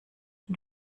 und